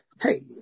hey